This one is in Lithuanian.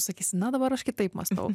sakys na dabar aš kitaip mąstau